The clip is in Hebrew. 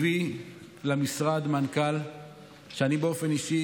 הביא למשרד מנכ"ל שאני באופן אישי,